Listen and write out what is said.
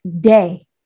day